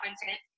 content